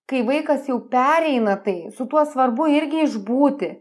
kai vaikas jau pereina tai su tuo svarbu irgi išbūti